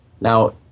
Now